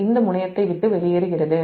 இந்த முனையத்தை விட்டு வெளியேறுகிறது